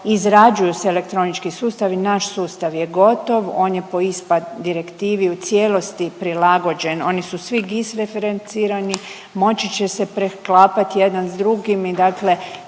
Izrađuju se elektronički sustavi, naš sustav je gotov, on je po ISPA direktivi u cijelosti prilagođen, oni su svi gisreferencirani, moći će se preklapati jedan s drugim i dakle